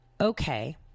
Okay